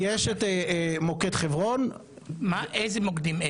יש את מוקד חברון --- איזה מוקדים?